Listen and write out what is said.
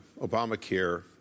Obamacare